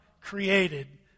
created